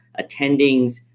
attendings